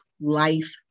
life